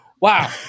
Wow